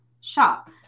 shop